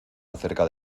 acerca